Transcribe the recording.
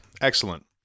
Excellent